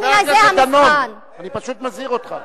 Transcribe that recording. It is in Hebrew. חבר הכנסת דנון, אני פשוט מזהיר אותך.